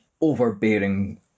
overbearing